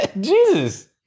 Jesus